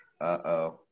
uh-oh